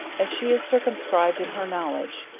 as she is circumscribed in her knowledge,